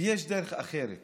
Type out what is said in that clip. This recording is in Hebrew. ויש דרך אחרת,